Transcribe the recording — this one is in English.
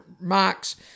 marks